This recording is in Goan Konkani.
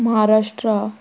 महाराष्ट्रा